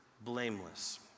blameless